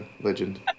legend